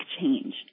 change